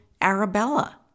Arabella